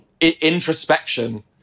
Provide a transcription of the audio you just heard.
introspection